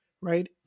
right